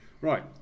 Right